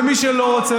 ומי שלא רוצה,